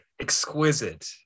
exquisite